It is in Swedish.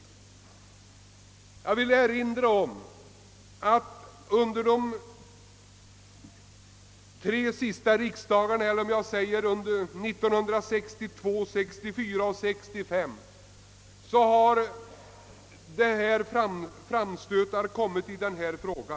Jag vill erinra om att det under riksdagarna 1962, 1964 och 1965 har gjorts framstötar i denna fråga.